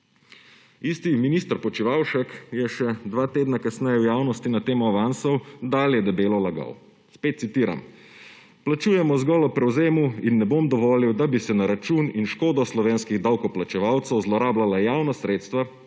Isti minister Počivalšek je še dva tedna kasneje v javnosti na temo avansov dalje debelo lagal. Spet citiram: »Plačujemo zgolj ob prevzemu in ne bom dovolil, da bi se na račun in škodo slovenskih davkoplačevalcev zlorabljala javna sredstva